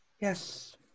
yes